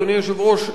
אדוני היושב-ראש,